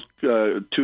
two